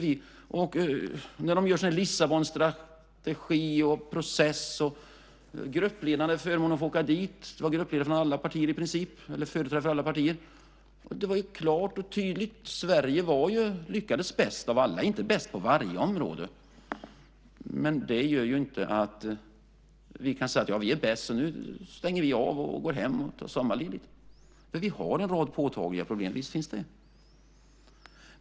I Lissabonstrategin, i processer och bland gruppledare som ibland får åka dit - företrädare för alla partier - var det klart och tydligt att Sverige lyckades bäst av alla, inte bäst på varje område. Det gör inte att vi kan säga att vi är bäst, nu stänger vi av, går hem och tar sommarledigt. Vi har en rad påtagliga problem, visst.